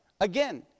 Again